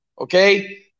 Okay